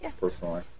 personally